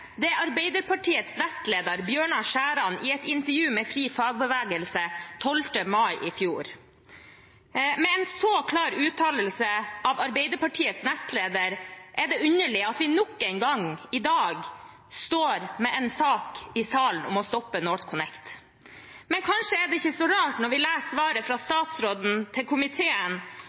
det, er Arbeiderpartiets nestleder, Bjørnar Skjæran, i et intervju med FriFagbevegelse 12. mai i fjor. Med en så klar uttalelse av Arbeiderpartiets nestleder er det underlig at vi i dag nok en gang står i salen med en sak om å stoppe NorthConnect. Men kanskje er det ikke så rart når vi leser svaret fra statsråden til komiteen,